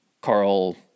Carl